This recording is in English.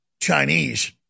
Chinese